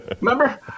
Remember